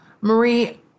Marie